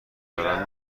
دارم